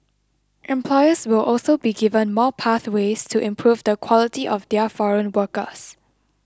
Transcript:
employers will also be given more pathways to improve the quality of their foreign workers